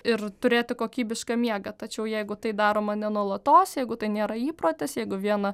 ir turėti kokybišką miegą tačiau jeigu tai daroma ne nuolatos jeigu tai nėra įprotis jeigu vieną